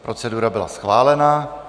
Procedura byla schválena.